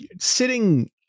sitting